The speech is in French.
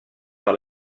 par